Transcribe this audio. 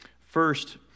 First